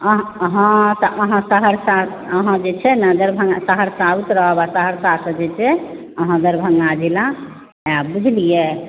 हँ तऽ अहाँ सहरसा अहाँ जे छै ने दरभंगा सहरसा उतरब आ सहरसा से जे छै अहाँ दरभंगा जिला बुझलिए